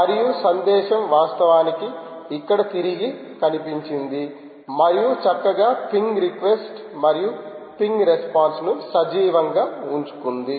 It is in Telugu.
మరియు సందేశం వాస్తవానికి ఇక్కడ తిరిగి కనిపించింది మరియు చక్కగా పింగ్ రిక్వెస్ట్ మరియు పింగ్ రెస్పాన్స్ ను సజీవంగా ఉంచుకుంది